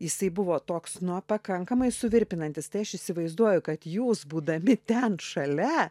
jisai buvo toks nuo pakankamai suvirpinantis tai aš įsivaizduoju kad jūs būdami ten šalia